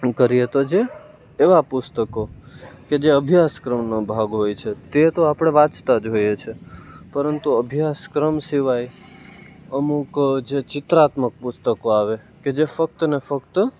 કરીએ તો જે એવાં પુસ્તકો કે જે અભ્યાસ ક્રમનો ભાગ હોય છે તેતો આપણે વાંચતાં જ હોઈએ છે પરંતુ અભ્યાસ ક્રમ સિવાય અમુક જે ચિત્રાત્મક પુસ્તકો આવે કે જે ફક્તને ફક્ત